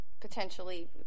potentially